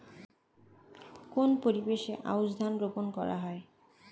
কোন পরিবেশে আউশ ধান রোপন করা হয়?